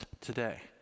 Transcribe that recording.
today